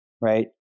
right